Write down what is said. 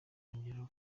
yongeyeho